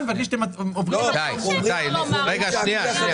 והכלי שאתם --- ברור שאפשר לומר --- לא,